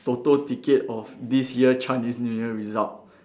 Toto ticket of this year Chinese new year result